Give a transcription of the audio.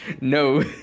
no